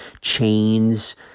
chains